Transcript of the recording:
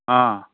ஆ